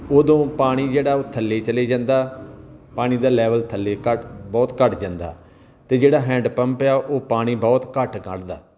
ਉਦੋਂ ਪਾਣੀ ਜਿਹੜਾ ਉਹ ਥੱਲੇ ਚਲੇ ਜਾਂਦਾ ਪਾਣੀ ਦਾ ਲੈਵਲ ਥੱਲੇ ਘੱਟ ਬਹੁਤ ਘੱਟ ਜਾਂਦਾ ਅਤੇ ਜਿਹੜਾ ਹੈਂਡ ਪੰਪ ਆ ਉਹ ਪਾਣੀ ਬਹੁਤ ਘੱਟ ਕੱਢਦਾ